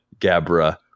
gabra